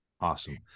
awesome